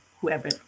whoever